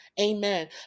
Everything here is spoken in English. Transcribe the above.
amen